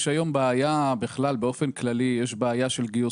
יש היום בעיה בכלל באופן כללי של גיוס